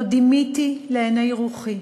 לא דימיתי לעיני רוחי,